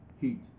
Heat